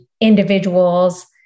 individuals